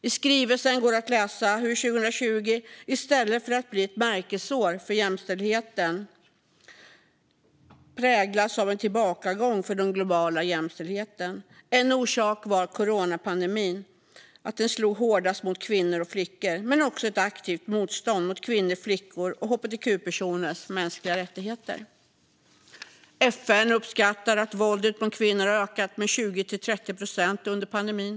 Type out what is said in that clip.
I skrivelsen går det att läsa hur 2020 i stället för att bli ett märkesår för jämställdheten präglades av en tillbakagång för den globala jämställdheten. En orsak var att coronapandemin slog hårdast mot kvinnor och flickor, men det fanns också ett aktivt motstånd mot kvinnors, flickors och hbtqi-personers mänskliga rättigheter. FN uppskattar att våldet mot kvinnor har ökat med 20-30 procent under pandemin.